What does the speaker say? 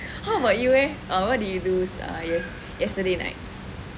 what about you eh what did you do yesterday night